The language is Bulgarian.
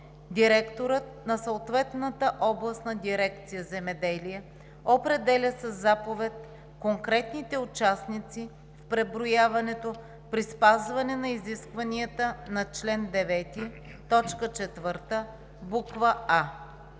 Директорът на съответната областна дирекция „Земеделие“ определя със заповед конкретните участници в преброяването при спазване на изискванията на чл. 9, т.